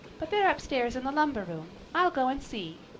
but they're upstairs in the lumber room. i'll go and see.